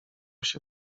się